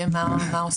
אבל מה עושים?